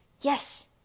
Yes